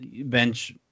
bench